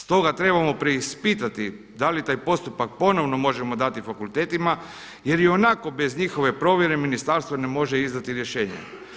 Stoga trebamo preispitati da li taj postupak ponovno možemo dati fakultetima jer i onako bez njihove provjere ministarstvo ne može izdati rješenja.